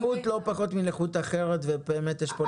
זה נכות לא פחות מנכות אחרת ובאמת יש פה נקודה.